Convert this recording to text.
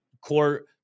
core